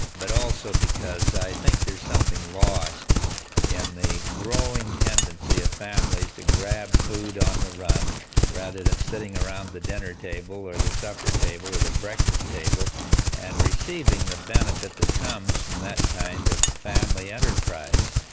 but also because i think there is something lost in the growing tendency of families to grab food on the run rather than sitting around the dinner table or the supper table or the breakfast table and receiving the benefit that comes from that kind of family enterprise.